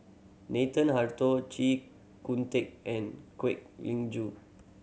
Nathan Hartono Chee Kong Tet and Kwek Ling Joo